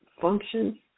functions